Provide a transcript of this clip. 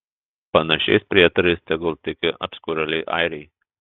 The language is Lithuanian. panašiais prietarais tegul tiki apskurėliai airiai